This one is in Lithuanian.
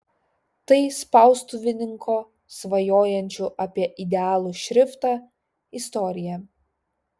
tai spaustuvininko svajojančio apie idealų šriftą istorija